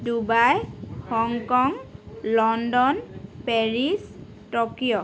Dubai Hong Kong London Paris Tokyo